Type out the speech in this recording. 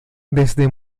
desde